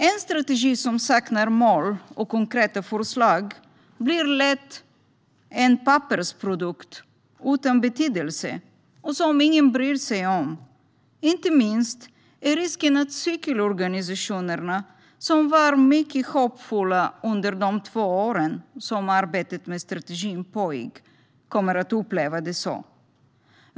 En strategi som saknar mål och konkreta förslag blir lätt en pappersprodukt utan betydelse, som ingen bryr sig om. Inte minst är risken att cykelorganisationerna, som var mycket hoppfulla under de två år som arbetet med strategin pågick, kommer att uppleva det så.